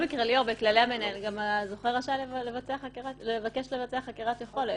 בכל מקרה בכללי המנהל הזוכה רשאי גם לבקש לבצע חקירת יכולת,